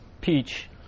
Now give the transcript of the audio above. Peach